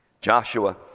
Joshua